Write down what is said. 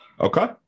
Okay